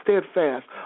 steadfast